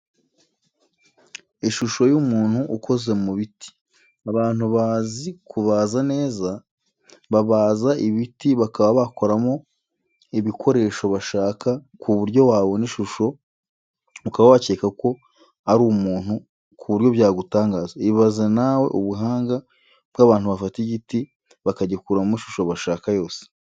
Ishusho y'umuntu ukoze mu biti. Abantu bazi kubaza neza babaza ibiti bakaba bakoramo ibikoresho bashaka ku buryo wabona ishusho ukaba wakeka ko ari umuntu ku buryo byagutangaza. Ibaze na we ubuhanga bw'abantu bafata igiti bakagikuramo ishusho bashaka yose.